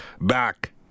back